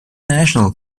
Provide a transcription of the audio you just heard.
national